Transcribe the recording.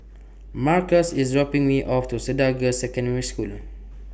Markus IS dropping Me off to Cedar Girls' Secondary scholar